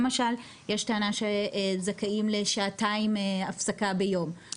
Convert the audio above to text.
למשל יש טענה שהם זכאים להפסקה של שעתיים ביום,